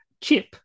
Chip